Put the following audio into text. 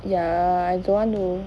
ya I don't want to